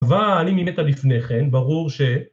אבל, אם היא מתה לפני כן, ברור ש...